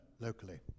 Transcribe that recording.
locally